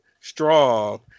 strong